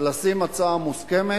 לשים הצעה מוסכמת,